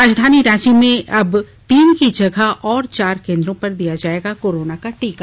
राजधानी रांची में अब तीन की जगह और चार केन्द्रों पर दिया जायेगा कोरोना का टीका